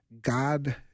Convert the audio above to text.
God